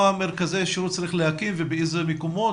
מרכזי שירות צריך להקים ובאיזה מקומות?